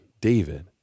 David